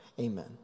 Amen